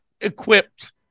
equipped